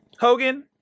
Hogan